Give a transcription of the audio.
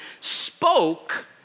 spoke